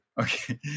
okay